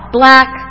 black